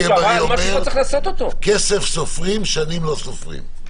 שיהיה בריא, אומר: כסף סופרים, שנים לא סופרים.